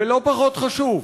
ולא פחות חשוב,